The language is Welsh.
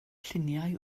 lluniau